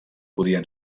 podien